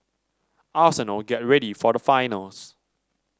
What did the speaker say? arsenal get ready for the finals